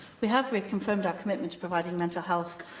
we have reconfimed our commitment to providing mental health,